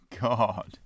God